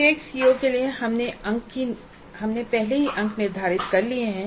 प्रत्येक सीओ के लिए हमने पहले ही अंक निर्धारित कर लिए हैं